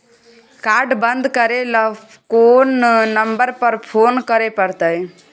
Card बन्द करे ल कोन नंबर पर फोन करे परतै?